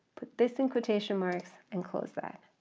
put this in quotation marks and close that,